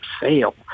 fail